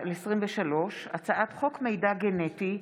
פ/2261/23 וכלה בהצעת חוק פ/2305/23: הצעת חוק מידע גנטי (תיקון,